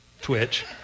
Twitch